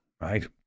right